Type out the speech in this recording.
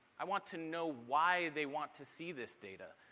i want to know why they want to see this data.